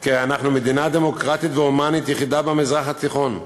כי הרי אנחנו מדינה דמוקרטית והומנית יחידה במזרח התיכון,